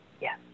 Yes